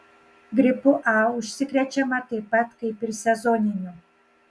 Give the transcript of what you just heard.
gripu a užsikrečiama taip pat kaip ir sezoniniu